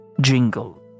jingle